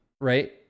Right